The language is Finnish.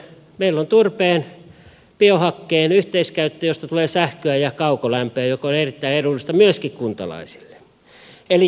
meillä on turpeen biohakkeen yhteiskäyttö josta tulee sähköä ja kaukolämpöä joka on erittäin edullista myöskin kuntalaisille